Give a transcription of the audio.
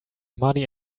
muddy